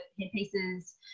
headpieces